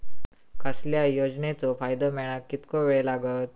कसल्याय योजनेचो फायदो मेळाक कितको वेळ लागत?